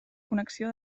connexió